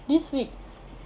this week